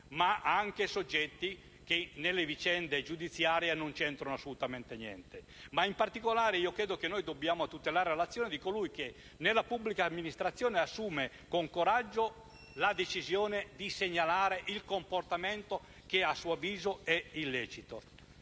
ma anche a soggetti che nelle vicende giudiziarie non c'entrano assolutamente. In particolare, credo dobbiamo tutelare l'azione di colui che nella pubblica amministrazione assume con coraggio la decisione di segnalare il comportamento che a suo avviso è illecito.